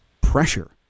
pressure